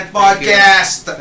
podcast